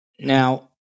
Now